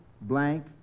blank